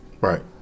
right